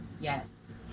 Yes